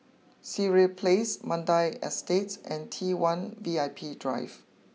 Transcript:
Sireh place Mandai Estate and T one V I P Drive